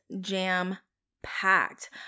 jam-packed